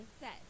set